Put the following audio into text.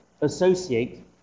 associate